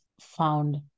found